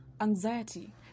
anxiety